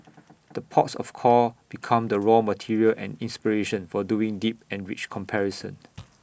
the ports of call become the raw material and inspiration for doing deep and rich comparison